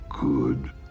good